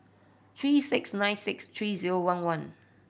three six nine six three zero one one